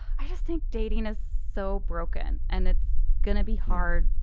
i just think dating is so broken and it's going to be hard.